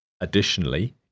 Additionally